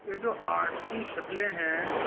یہ جو آرٹ کی شکلیں ہیں